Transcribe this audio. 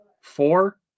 Four